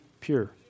pure